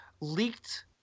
leaked –